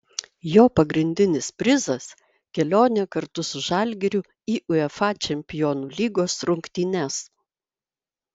jo pagrindinis prizas kelionė kartu su žalgiriu į uefa čempionų lygos rungtynes